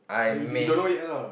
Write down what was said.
I you don't you don't know yet lah